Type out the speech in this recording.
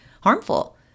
harmful